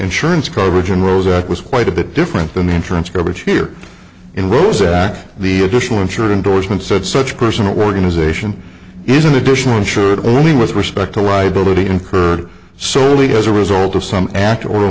insurance coverage and rose that was quite a bit different than the insurance coverage here in rhode sachs the additional insured indorsement said such person organization is an additional insured only with respect to ride over the incurred solely as a result of some act o